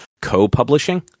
co-publishing